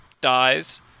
dies